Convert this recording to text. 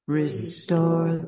restore